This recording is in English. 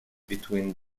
between